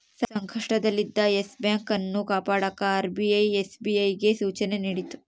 ಸಂಕಷ್ಟದಲ್ಲಿದ್ದ Yes Bank ಅನ್ನು ಕಾಪಾಡಕ ಆರ್.ಬಿ.ಐ ಎಸ್.ಬಿ.ಐಗೆ ಸೂಚನೆ ನೀಡಿತು